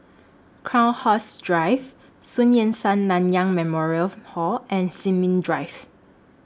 Crowhurst Drive Sun Yat Sen Nanyang Memorial Hall and Sin Ming Drive